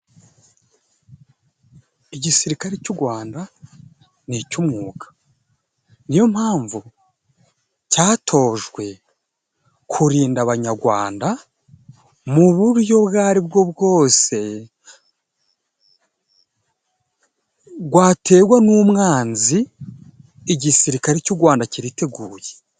Igisirikare cy'u gwanda nic'umwuga niyo mpamvu catojwe kurinda abanyagwanda mu buryo ubwo ari bwose gwaterwa n'umwanzi, igisirikare cy'u gwanda kiriteguye.